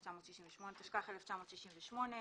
התשכ"ח-1968.